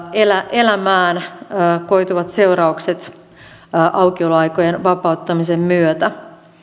elämään koituvat seuraukset aukioloaikojen vapauttamisen myötä